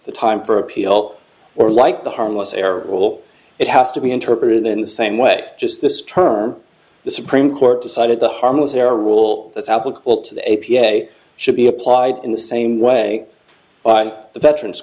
the time for appeal or like the harmless error will it has to be interpreted in the same way just this term the supreme court decided the harmless error rule that's applicable to the a p a should be applied in the same way by the veterans